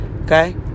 okay